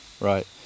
right